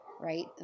right